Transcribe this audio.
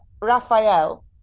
Raphael